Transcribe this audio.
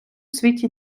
світі